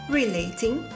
relating